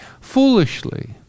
foolishly